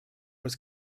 was